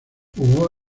jugó